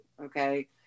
Okay